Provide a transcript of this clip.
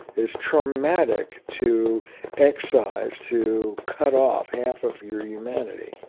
is traumatic to excise, to cut off, half of your humanity.